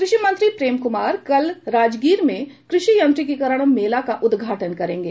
कृषि मंत्री प्रेम कुमार कल राजगीर में कृषि यांत्रिकरण मेला का उद्घाटन करेंगे